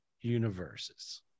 universe's